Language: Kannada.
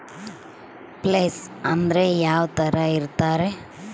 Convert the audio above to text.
ಪ್ಲೇಸ್ ಅಂದ್ರೆ ಯಾವ್ತರ ಇರ್ತಾರೆ?